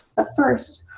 ah first,